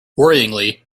worryingly